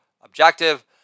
objective